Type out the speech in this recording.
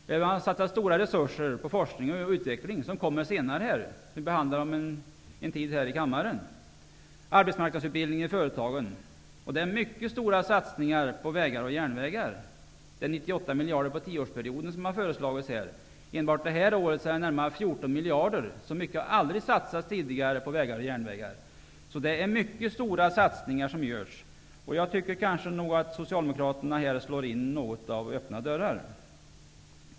Stora resurser satsas på forskning och utveckling, som senare kommer att behandlas här i kammaren. Man satsar på arbetsmarknadsutbildning i företagen. Mycket stora satsningar görs på vägar och järnvägar. 98 miljarder under en tioårsperiod har föreslagits här. Enbart i år satsas närmare 14 miljarder. Så mycket har aldrig tidigare satsats på vägar och järnvägar. Det är således mycket stora satsningar som görs. Jag tycker nog att socialdemokraterna slår in öppna dörrar.